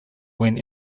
when